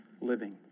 living